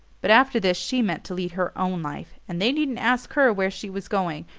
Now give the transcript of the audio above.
but after this she meant to lead her own life and they needn't ask her where she was going,